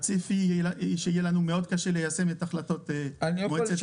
הצפי שיהיה לנו, מאוד קשה ליישם את החלטות מועצת